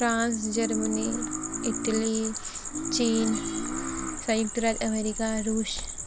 France Germany Italy China central America Russia